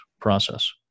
process